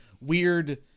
weird